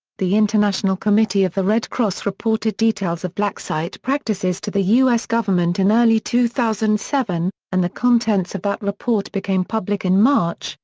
the international committee of the red cross reported details of black site practices to the u s. government in early two thousand and seven, and the contents of that report became public in march,